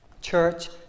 church